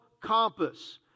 compass